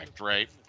right